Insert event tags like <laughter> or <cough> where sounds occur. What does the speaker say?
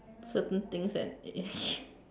certain things and it <laughs>